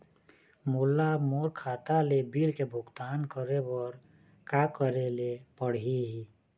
मोला मोर खाता ले बिल के भुगतान करे बर का करेले पड़ही ही?